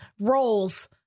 roles